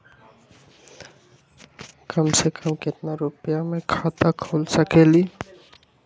कम से कम केतना रुपया में खाता खुल सकेली?